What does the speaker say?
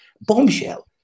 bombshell